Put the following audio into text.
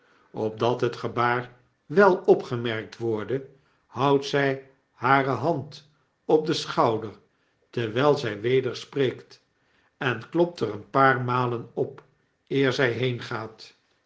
opdat het gebaar wel opgemerkt worde houdt zij hare hand op den schouder terwijl zij weder spreekt en klopt er een paar malen op eer zij